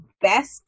best